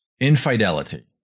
infidelity